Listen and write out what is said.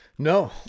No